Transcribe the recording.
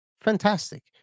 Fantastic